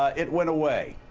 ah it went away.